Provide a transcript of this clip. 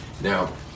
Now